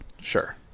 Sure